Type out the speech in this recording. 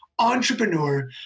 entrepreneur